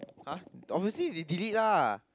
!huh! obviously they delete lah